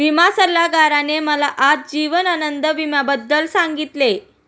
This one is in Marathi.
विमा सल्लागाराने मला आज जीवन आनंद विम्याबद्दल सांगितले